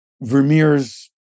Vermeer's